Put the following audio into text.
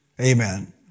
amen